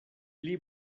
pli